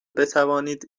بتوانید